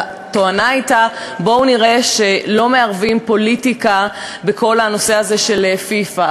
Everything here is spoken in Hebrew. והתואנה הייתה: בואו נראה שלא מערבים פוליטיקה בכל הנושא הזה של פיפ"א.